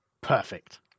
Perfect